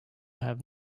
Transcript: have